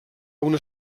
una